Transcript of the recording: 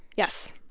yes.